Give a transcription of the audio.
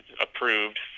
approved